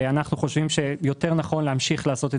אנחנו חושבים שנכון יותר להמשיך לעשות את